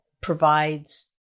provides